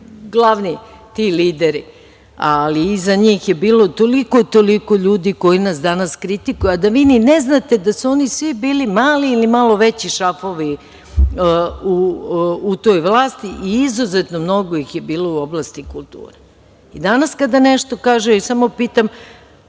glavni ti lideri. Iza njih je bilo toliko ljudi koji nas danas kritikuju, a da vi i ne znate da su oni svi bili mali ili malo veći šrafovi u toj vlasti, izuzetno mnogo ih je bilo u oblasti kulture. Danas kada nešto kažu, ja samo pitam,